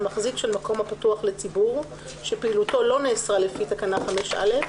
על מחזיק של מקום הפתוח לציבור שפעילותו לא נאסרה לפי תקנה 5(א),